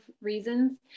reasons